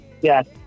Yes